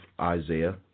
Isaiah